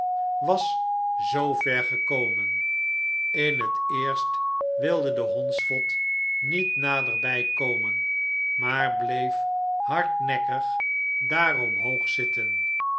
was mover gekomen in het eerst wilde de hondsvot niet naderbij komen maar bleef hardnekkig daar omhoog zitten